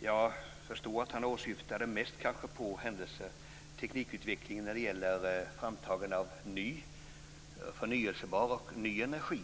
Jag förstår att han mest åsyftade teknikutvecklingen när det gäller framtagande av förnyelsebar och ny energi.